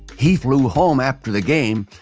he flew home after the game.